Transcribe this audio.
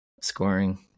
scoring